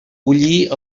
bullir